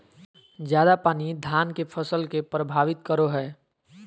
ज्यादा पानी धान के फसल के परभावित करो है?